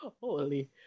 Holy